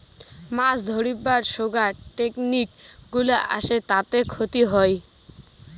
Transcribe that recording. মাছ ধরিবার সোগায় টেকনিক গুলা আসে তাতে ক্ষতি হই